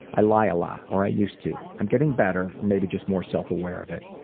i lie a lot, or i used to. i'm getting better or maybe just more self-aware of it.